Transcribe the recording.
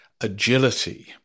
agility